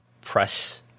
press